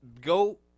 go